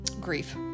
grief